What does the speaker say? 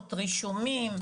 רישומים,